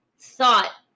thought